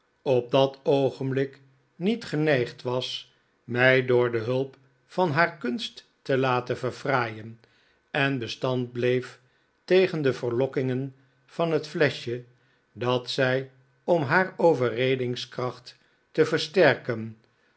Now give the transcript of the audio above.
op dat oogenblik niet geneigd was mij door de hulp van haar kunst te laten verfraaien en bestand bleef tegen de verlokkingen van net fleschje dat zij om haar overredingskracht te versterken